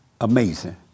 amazing